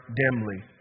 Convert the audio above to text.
dimly